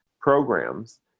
programs